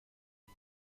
son